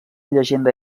llegenda